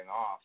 off